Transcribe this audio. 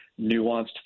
nuanced